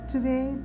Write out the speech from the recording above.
Today